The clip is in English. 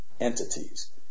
entities